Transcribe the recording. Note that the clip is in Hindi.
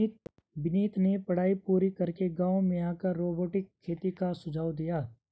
विनीत ने पढ़ाई पूरी करके गांव में आकर रोबोटिक खेती का सुझाव दिया